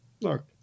look